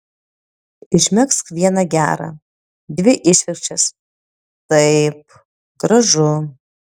išmegzk vieną gerą dvi išvirkščias taip gražu